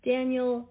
Daniel